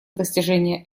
достижения